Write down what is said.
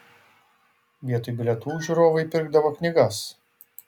vietoj bilietų žiūrovai pirkdavo knygas